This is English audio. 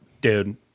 Dude